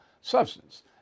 substance